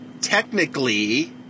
technically